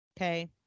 okay